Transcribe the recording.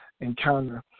encounter